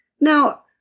Now